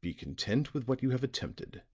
be content with what you have attempted